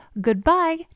goodbye